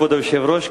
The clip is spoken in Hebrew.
כבוד היושב-ראש,